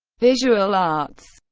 visual arts